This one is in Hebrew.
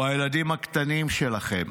או הילדים הקטנים שלכם